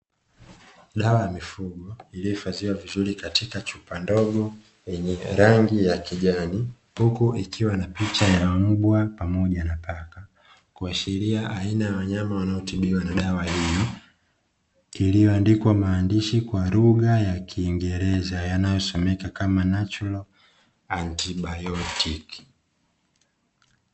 Dawa ya mifugo iliyohifashiwa vizuri katika chupa ndogo yenye rangi ya kijani huku ikiwa na picha ndogo ya mbwa pamoja na paka, kuashilia aina ya wanyama wanaotibiwa na dawa hiyo, iliyoansikwa maandishi kwa lugha ya kiingereza yanayosomeka kama "NATURAL ANTIBIOTIC".